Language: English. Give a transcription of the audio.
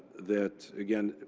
that, again,